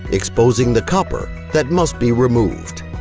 exposing the copper that must be removed.